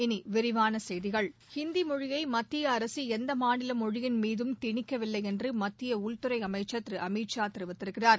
இனி விரிவான செய்திகள் ஹிந்தி மொழியை மத்திய அரசு எந்த மாநில மொழியின் மீதும் திணிக்கவில்லை என்று மத்திய உள்துறை அமைச்சர் திரு அமித் ஷா கூறியிருக்கிறார்